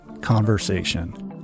conversation